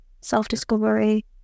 self-discovery